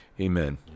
Amen